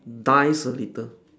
dies a little